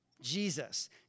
Jesus